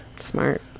Smart